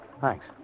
Thanks